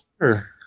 sure